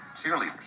cheerleaders